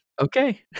Okay